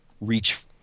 reach